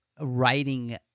writing